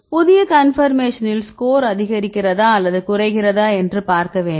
புதிய கன்பர்மேஷனில் ஸ்கோர் அதிகரிக்கிறதா அல்லது குறைகிறதா என்று பார்க்க வேண்டும்